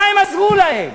מה הם עזרו להם?